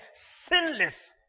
sinless